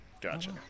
Gotcha